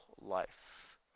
life